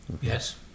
Yes